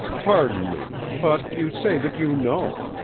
pardon me. but you say that you know.